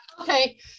Okay